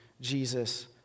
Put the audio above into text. Jesus